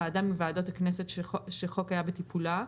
ועדה מוועדות הכנסת שהחוק היה בטיפולה.